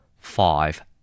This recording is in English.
five